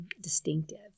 distinctive